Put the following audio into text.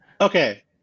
Okay